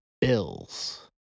Bills